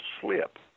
slip